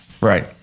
right